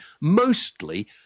mostly